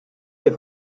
ses